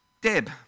Deb